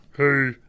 Hey